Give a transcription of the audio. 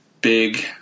big